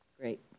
Great